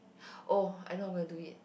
oh I'm not gonna do it